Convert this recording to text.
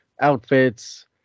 outfits